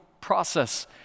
process